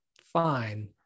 fine